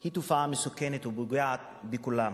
היא תופעה מסוכנת ופוגעת בכולם,